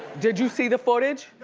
did you see the footage?